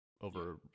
over